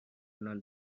آنان